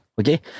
Okay